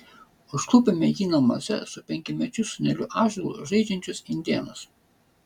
užklupome jį namuose su penkiamečiu sūneliu ąžuolu žaidžiančius indėnus